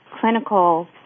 clinical